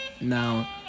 Now